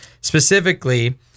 specifically